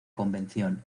convención